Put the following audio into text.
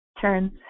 turns